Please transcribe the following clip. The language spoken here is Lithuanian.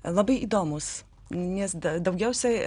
labai įdomūs nes daugiausiai